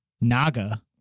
naga